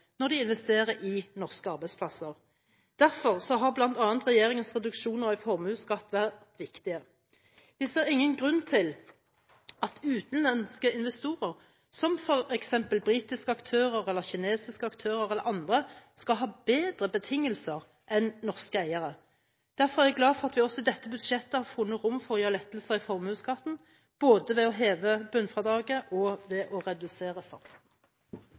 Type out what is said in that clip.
når de investerer i norske arbeidsplasser. Derfor har bl.a. regjeringens reduksjoner i formuesskatt vært viktige. Vi ser ingen grunn til at utenlandske investorer, som f.eks. britiske aktører, kinesiske aktører eller andre, skal ha bedre betingelser enn norske eiere. Derfor er jeg glad for at vi også i dette budsjettet har funnet rom for å gjøre lettelser i formuesskatten, både ved å heve bunnfradraget og ved å redusere satsen.